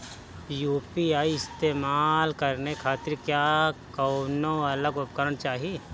UPI इस्तेमाल करने खातिर क्या कौनो अलग उपकरण चाहीं?